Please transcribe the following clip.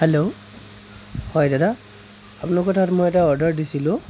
hello হয় দাদা আপোনালোকৰ তাত মই এটা অৰ্ডাৰ দিছিলোঁ